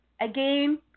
again